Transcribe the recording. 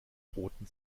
roten